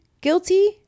guilty